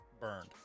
burned